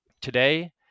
Today